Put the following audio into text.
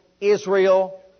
Israel